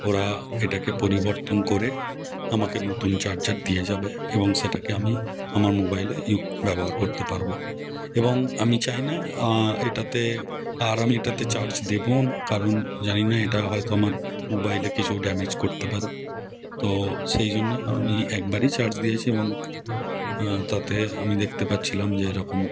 ওরা এটাকে পরিবর্তন করে আমাকে নতুন চার্জার দিয়ে যাবে এবং সেটাকে আমি আমার মোবাইলে ইউ ব্যবহার করতে পারবো এবং আমি চাই না এটাতে আর আমি এটাতে চার্জ দেবোও না কারণ জানি না এটা হয়তো আমার মোবাইলে কিছু ড্যামেজ করতে পারে তো সেই জন্যে আমি একবারই চার্জ দিয়েছি এবং তাতে আমি দেখতে পাচ্ছিলাম যে এরকম